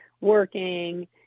working